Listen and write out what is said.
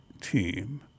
team